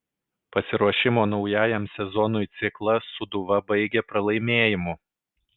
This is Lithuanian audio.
pasiruošimo naujajam sezonui ciklą sūduva baigė pralaimėjimu